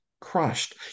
crushed